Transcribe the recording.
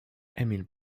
emil